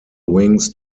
wings